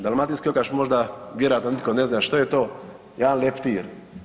Dalamtinski okaš možda vjerojatno nitko ne zna što je to, jedan leptir.